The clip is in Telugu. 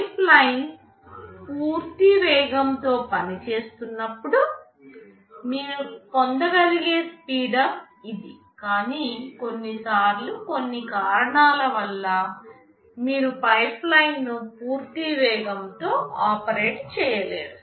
పైప్లైన్ పూర్తి వేగంతో పనిచేస్తున్నప్పుడు మీరు పొందగలిగే స్పీడ్అప్ ఇది కానీ కొన్నిసార్లు కొన్ని కారణాల వల్ల మీరు పైప్లైన్ను పూర్తి వేగంతో ఆపరేట్ చేయలేరు